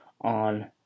on